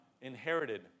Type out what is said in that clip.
inherited